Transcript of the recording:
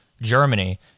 Germany